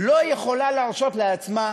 לא יכולה להרשות לעצמה